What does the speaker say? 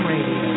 Radio